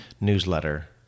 newsletter